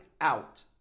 out